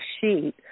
sheet